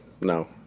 No